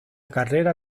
carrera